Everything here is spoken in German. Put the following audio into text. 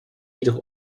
jedoch